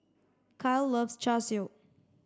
Kiel loves Char Siu